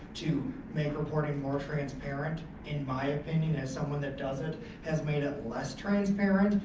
to make reporting more transparent, in my opinion, as someone that does it has made it less transparent.